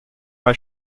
bei